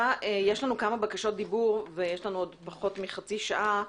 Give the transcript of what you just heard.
יש לנו כמה בקשות לדיבור ויש לנו פחות מחצי שעה.